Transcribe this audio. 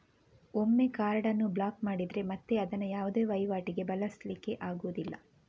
ಒಮ್ಮೆ ಕಾರ್ಡ್ ಅನ್ನು ಬ್ಲಾಕ್ ಮಾಡಿದ್ರೆ ಮತ್ತೆ ಅದನ್ನ ಯಾವುದೇ ವೈವಾಟಿಗೆ ಬಳಸ್ಲಿಕ್ಕೆ ಆಗುದಿಲ್ಲ